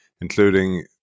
including